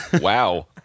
wow